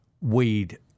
weed